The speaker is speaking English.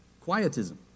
quietism